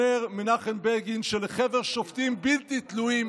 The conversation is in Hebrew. אומר מנחם בגין, " שלחבר שופטים בלתי תלויים